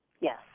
Yes